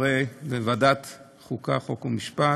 חברי ועדת החוקה, חוק ומשפט,